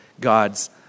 God's